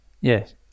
Yes